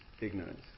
ignorance